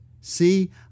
See